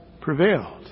prevailed